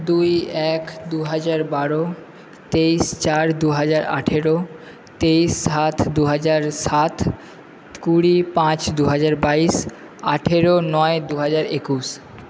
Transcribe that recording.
দুই এক দু হাজার বারো তেইশ চার দু হাজার আঠেরো তেইশ সাত দু হাজার সাত কুড়ি পাঁচ দু হাজার বাইশ আঠেরো নয় দু হাজার একুশ